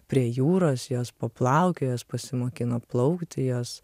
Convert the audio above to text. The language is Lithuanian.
prie jūros jos paplaukioj jos pasimokino plaukti jos